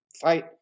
fight